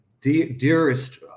dearest